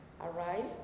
Arise